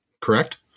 correct